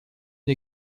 une